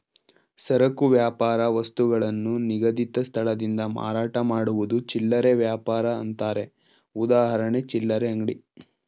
ಸರಕು ವ್ಯಾಪಾರ ವಸ್ತುಗಳನ್ನು ನಿಗದಿತ ಸ್ಥಳದಿಂದ ಮಾರಾಟ ಮಾಡುವುದು ಚಿಲ್ಲರೆ ವ್ಯಾಪಾರ ಅಂತಾರೆ ಉದಾಹರಣೆ ಚಿಲ್ಲರೆ ಅಂಗಡಿ